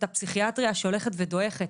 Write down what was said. על הפסיכיאטריה שהולכת ודועכת.